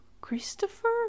Christopher